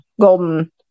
golden